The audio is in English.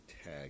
tag